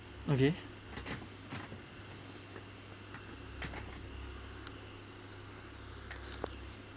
okay